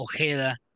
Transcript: Ojeda